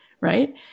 right